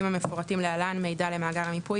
המפורטים להלן מידע למאגר המיפוי,